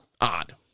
odd